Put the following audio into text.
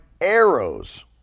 arrows